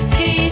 Ski